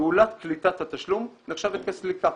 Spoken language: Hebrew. פעולת קליטת התשלום נחשבת כסליקה.